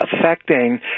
affecting